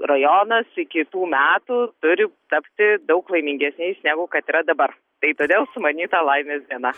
rajonas iki tų metų turi tapti daug laimingesniais negu kad yra dabar tai todėl sumanyta laimės diena